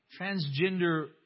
transgender